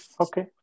Okay